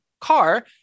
car